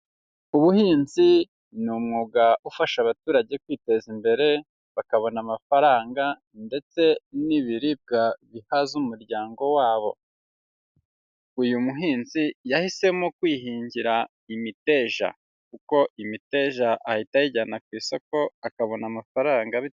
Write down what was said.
Ubuhinzi ni umwuga ufasha abaturage kwiteza imbere bakabona amafaranga ndetse n'ibiribwa bihaza umuryango wabo, uyu muhinzi yahisemo kwihingira imiteja kuko imiteja ahita ayijyana ku isoko akabona amafaranga ye.